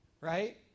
right